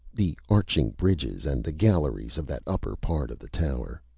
the arching bridges and the galleries of that upper part of the tower.